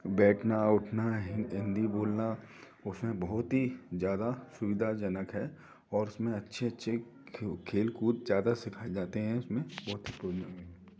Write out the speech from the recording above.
बैठना उठना हिन्दी बोलना उसमें बहुत ही ज़्यादा सुविधाजनक है और उसमें अच्छे अच्छे खेल कूद ज़्यादा सिखाए जाते हैं उसमें बहुत ही पुण्य है